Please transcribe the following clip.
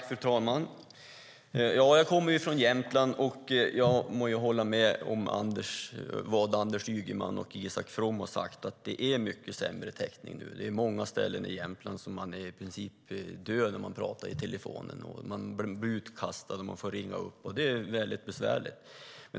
Fru talman! Jag kommer från Jämtland och måste hålla med Anders Ygeman och Isak From om att det är mycket sämre täckning nu. Det finns många ställen i Jämtland där telefonen i princip är död och där man blir utkastad och får ringa upp. Det är väldigt besvärligt.